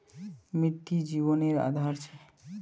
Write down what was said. मिटटी जिवानेर आधार छे